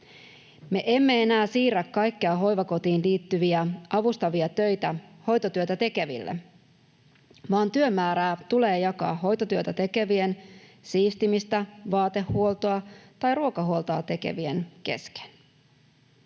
Me emme enää siirrä kaikkia hoivakotiin liittyviä avustavia töitä hoitotyötä tekeville, vaan työmäärää tulee jakaa hoitotyötä tekevien sekä siistimistä, vaatehuoltoa tai ruokahuoltoa tekevien kesken.